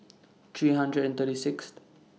three hundred and thirty Sixth